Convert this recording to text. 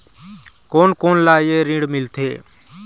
कोन कोन ला ये ऋण मिलथे?